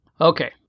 Okay